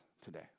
today